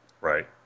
Right